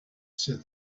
said